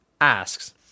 asks